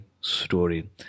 story